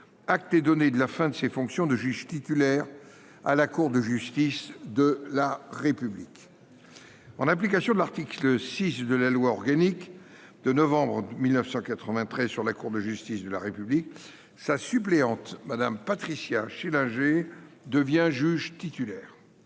acte est donné de la fin de ses fonctions de juge titulaire à la Cour de justice de la République. En application de l’article 6 de la loi organique n° 93 1252 du 23 novembre 1993 sur la Cour de justice de la République, sa suppléante, Mme Patricia Schillinger, devient juge titulaire.